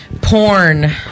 porn